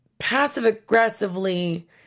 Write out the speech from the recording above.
passive-aggressively